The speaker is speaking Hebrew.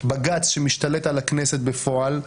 בג"ץ שמשתלט על הכנסת בפועל,